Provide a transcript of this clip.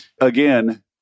again